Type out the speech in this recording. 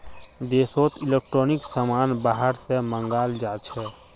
देशोत इलेक्ट्रॉनिक समान बाहर से मँगाल जाछे